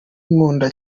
nkunda